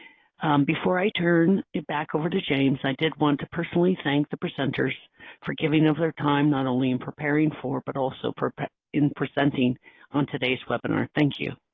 before i turn it back over to james, i did want to personally thank the presenters for giving of their time, not only and preparing for but also in presenting on today's webinar. thank you.